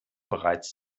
bereits